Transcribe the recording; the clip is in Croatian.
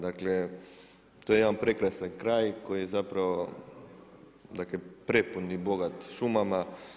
Dakle to je jedan prekrasan kraj koji je zapravo, dakle prepun i bogat šumama.